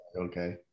okay